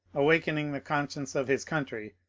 awakening the conscience of his country,